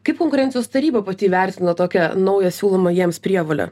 kaip konkurencijos taryba pati įvertino tokią naują siūlomą jiems prievolę